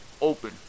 Open